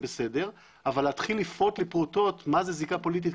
אבל להתחיל לפרוט לפרוטות מה זאת זיקה פוליטית,